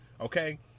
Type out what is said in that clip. okay